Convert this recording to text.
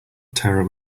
terror